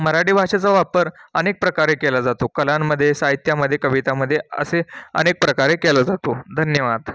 मराठी भाषेचा वापर अनेक प्रकारे केला जातो कलांमध्ये साहित्यामध्ये कवितामध्ये असे अनेक प्रकारे केला जातो धन्यवाद